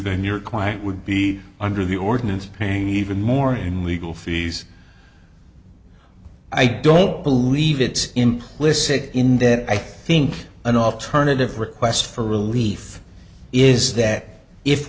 then your client would be under the ordinance paying even more in legal fees i don't believe it's implicit in that i think an alternative request for relief is that if